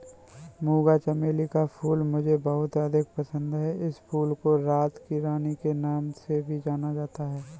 मूंगा चमेली का फूल मुझे बहुत अधिक पसंद है इस फूल को रात की रानी के नाम से भी जानते हैं